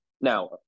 Now